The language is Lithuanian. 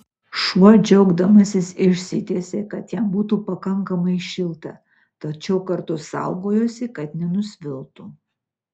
šuo džiaugdamasis išsitiesė kad jam būtų pakankamai šilta tačiau kartu saugojosi kad nenusviltų